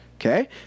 okay